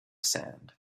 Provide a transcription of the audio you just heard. sand